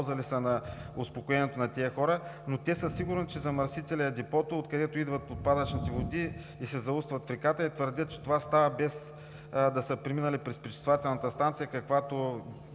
ли, в полза ли са за успокоението на тези хора, но те са сигурни, че замърсителят е депото, откъдето идват отпадъчните води и се заустват в реката, и твърдят, че това става, без да са преминали през пречиствателната станция, каквато